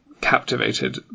captivated